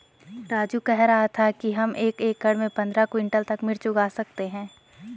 राजू कह रहा था कि हम एक एकड़ में पंद्रह क्विंटल तक मिर्च उगा सकते हैं